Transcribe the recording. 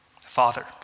Father